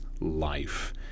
life